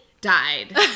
died